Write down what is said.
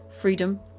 freedom